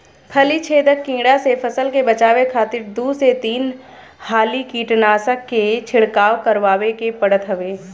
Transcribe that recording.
फली छेदक कीड़ा से फसल के बचावे खातिर दू से तीन हाली कीटनाशक के छिड़काव करवावे के पड़त हवे